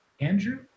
Andrew